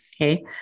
okay